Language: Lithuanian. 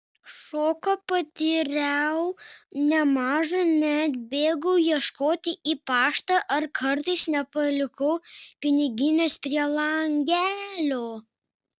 šoką patyriau nemažą net bėgau ieškoti į paštą ar kartais nepalikau piniginės prie langelio